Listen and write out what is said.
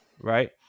Right